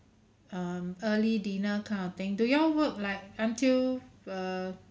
um early dinner kind of thing do you all work like until err